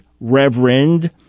Reverend